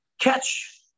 catch